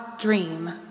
dream